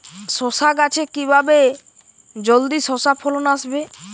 শশা গাছে কিভাবে জলদি শশা ফলন আসবে?